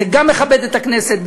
זה גם מכבד את הכנסת,